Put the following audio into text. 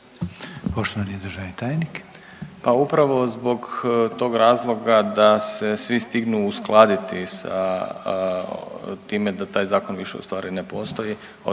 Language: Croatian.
Poštovani državni tajniče